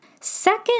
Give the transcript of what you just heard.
Second